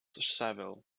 saville